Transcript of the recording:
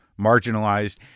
marginalized